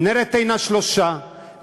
מנהרת עין-השלושה,